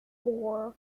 four